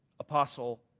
apostle